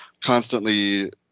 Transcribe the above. Constantly